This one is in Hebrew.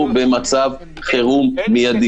אנחנו במצב חירום מיידי.